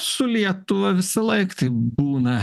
su lietuva visąlaik taip būna